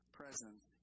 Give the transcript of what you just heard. presence